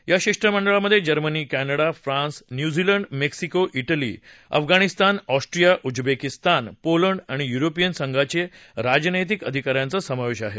या शिष्टमंडळामधे जर्मनी क्लिडा फ्रान्स न्यूझीलंड मेक्सिको डेली अफगाणिस्तान ऑस्ट्रिया उजबेकीस्तान पोलंड आणि युरोपियन संघाचे राजनव्रिक अधिकाऱ्यांचा समावेश आहे